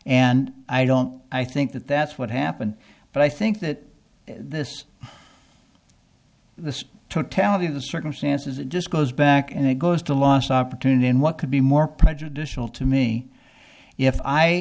and i don't i think that that's what happened but i think that this the totality of the circumstances it just goes back and it goes to a lost opportunity and what could be more prejudicial to me if i